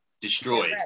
destroyed